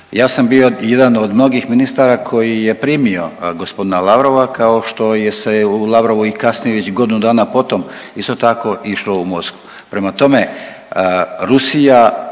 Ja sam bio jedan od mnogih ministara koji je primio gospodina Lavrova kao što se u Lavrovu i kasnije već godinu dana potom isto tako išlo u Moskvu. Prema tome, Rusija